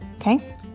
okay